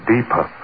Deeper